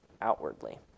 outwardly